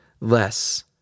less